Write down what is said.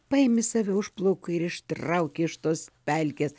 paimi save už plaukų ir ištrauki iš tos pelkės